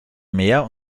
mehr